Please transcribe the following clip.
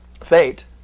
fate